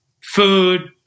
Food